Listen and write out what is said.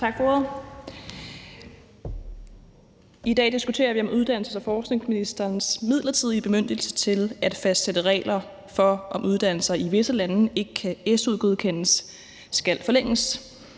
Tak for ordet. I dag diskuterer vi, om uddannelses- og forskningsministerens midlertidige bemyndigelse til at fastsætte regler for, om uddannelser i visse lande ikke kan su-godkendes, skal forlænges.